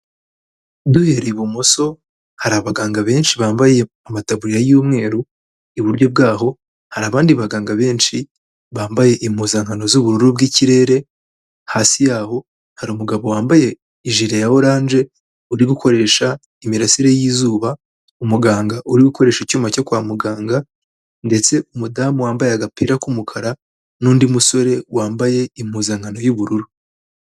Duhereye ibumoso, hari abaganga benshi bambaye amataburiya y'umweru, iburyo bwaho hari abandi baganga benshi bambaye impuzankano z'ubururu bw'ikirere, hasi yaho hari umugabo wambaye ijire ya oranje uri gukoresha imirasire y'izuba, umuganga uri gukoresha icyuma cyo kwa muganga ,ndetse umudamu wambaye agapira k'umukara n'undi musore wambaye impuzankano y'ubururu.